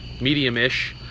Medium-ish